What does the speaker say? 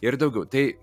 ir daugiau tai